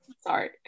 Sorry